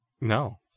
No